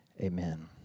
amen